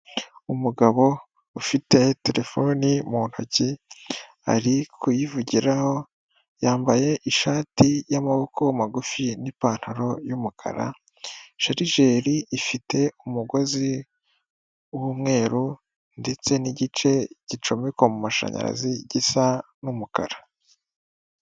Umugabo ufite terefone mu ntoki ari kuyivugiraho, yambaye ishati y'amaboko magufi n'ipantaro y'umukara, sharijeri ifite umugozi w'umweru ndetse n'igice gicomekwa mu mashanyarazi gisa n'umukara.